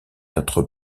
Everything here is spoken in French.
notre